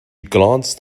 glanced